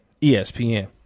ESPN